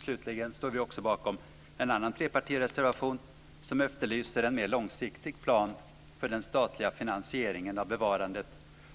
Slutligen står vi bakom en annan trepartireservation som efterlyser en mer långsiktig plan för den statliga finansieringen av bevarandet